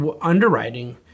underwriting